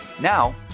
Now